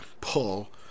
pull